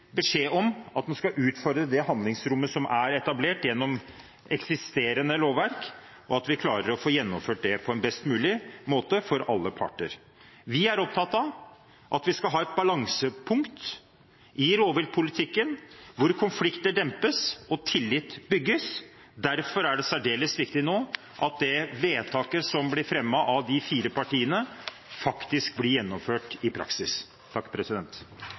beskjed om at en skal utfordre det handlingsrommet som er etablert gjennom eksisterende lovverk, og at vi klarer å få gjennomført det på en best mulig måte for alle parter. Vi er opptatt av at vi skal ha et balansepunkt i rovviltpolitikken hvor konflikter dempes og tillit bygges. Derfor er det særdeles viktig nå at det vedtaket som blir fremmet av de fire partiene, faktisk blir gjennomført i praksis.